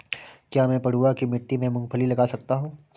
क्या मैं पडुआ की मिट्टी में मूँगफली लगा सकता हूँ?